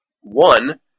One